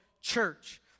church